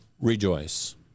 rejoice